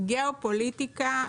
לגבי גאופוליטיקה,